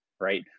right